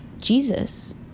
Jesus